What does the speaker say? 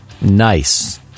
Nice